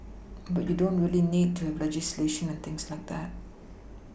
but you don't really need to have legislation and things like that